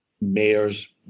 mayors